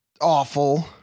awful